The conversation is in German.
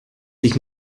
dich